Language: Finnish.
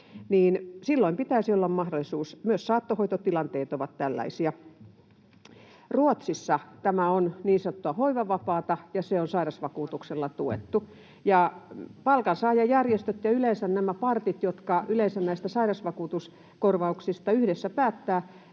silloin pitäisi olla mahdollisuus. Myös saattohoitotilanteet ovat tällaisia. Ruotsissa tämä on niin sanottua hoivavapaata, ja se on sairausvakuutuksella tuettu. Palkansaajajärjestöt ja yleensä nämä partit, jotka yleensä näistä sairausvakuutuskorvauksista yhdessä päättävät,